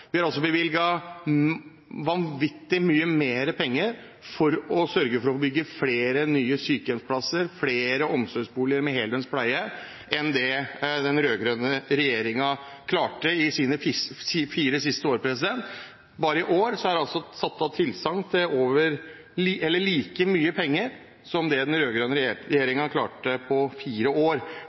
Vi har også bevilget vanvittig mye mer penger for å sørge for å få bygd flere nye sykehjemsplasser, flere omsorgsboliger med heldøgns pleie, enn det den rød-grønne regjeringen klarte i sine fire siste år. Bare i år er det satt av like mye penger som det den rød-grønne regjeringen klarte på fire år.